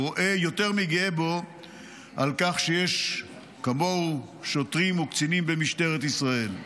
יותר מגאה בו על כך שיש שוטרים וקצינים כמוהו במשטרת ישראל.